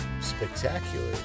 spectacular